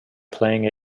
playing